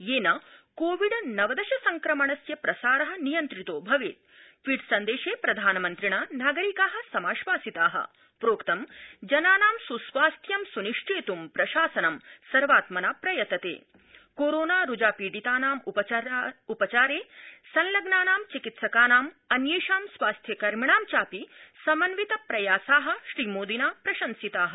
या covid नवदश संक्रमण स्य प्रसार नियंत्रितो भवक्ति ट्वीट् सन्दर्यात्रियानमन्त्रिणा नागरिका समाश्वासिता प्रोक्त जनानां स् स्वास्थ्यं सुनिश्चर्द्ध प्रशासनं सर्वात्मना प्रयतत क्रोरोना रूजा पीडितानां उपचार मेंलग्नानां चिकित्सकानां अन्यक्षी स्वास्थ्य कर्मिणां चापि समन्वित प्रयासा श्रीमोदिना प्रशंसिता